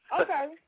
Okay